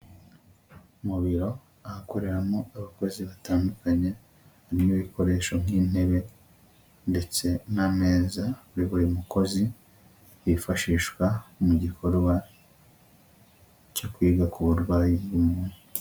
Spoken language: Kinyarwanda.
Mu biro ahakoreramo abakozi batandukanye harimo ibikoresho nk'intebe ndetse n'ameza kuri buri mukozi yifashishwa mu gikorwa cyo kwiga ku burwayi bw'umuntu.